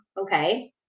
Okay